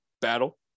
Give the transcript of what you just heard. battle